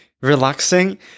relaxing